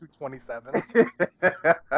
227